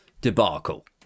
debacle